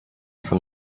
from